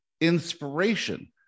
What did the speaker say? inspiration